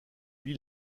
lit